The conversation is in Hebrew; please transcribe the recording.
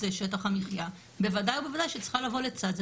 שטח המחיה בוודאי ובוודאי שצריכה לבוא לצד זה